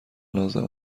لازم